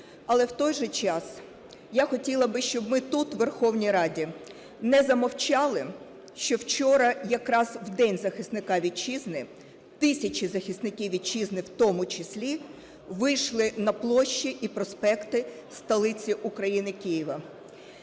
Але в той же час я хотіла б, щоб ми тут, у Верховній Раді, не замовчали, що вчора, якраз в День захисника Вітчизни, тисячі захисників Вітчизни в тому числі вийшли на площі і проспекти столиці України – Києва.